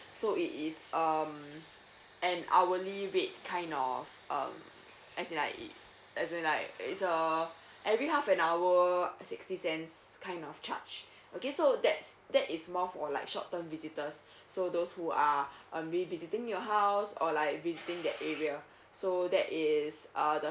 so it is um an hourly rate kind of uh as in like it as in like is a every half an hour sixty cents kind of charge okay so that's that is more for like short term visitors so those who are uh maybe visiting your house or like visiting that area so that is uh the